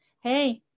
hey